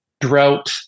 drought